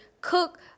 cook